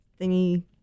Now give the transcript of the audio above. thingy